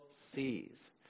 sees